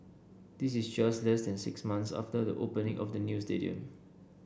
this is just less than six months after the opening of the new stadium